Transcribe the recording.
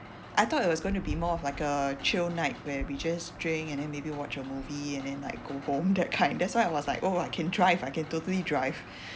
I thought it was gonna be more of like a chill night where we just drink and then maybe watch a movie and then like go home that kind that's why I was like oh I can drive I can totally drive